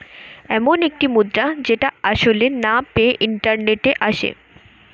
এমন একটি মুদ্রা যেটা আসলে না পেয়ে ইন্টারনেটে আসে